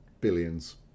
Billions